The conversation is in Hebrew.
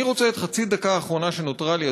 אני רוצה במחצית הדקה האחרונה שנותרה לי,